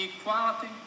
equality